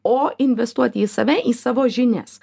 o investuoti į save į savo žinias